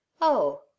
Oh